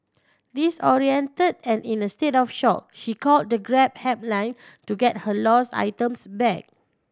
disoriented and in a state of shock she called the Grab helpline to get her lost items back